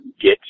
get